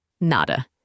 Nada